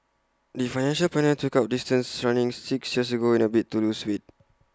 the financial planner took up distance running six years ago in A bid to lose weight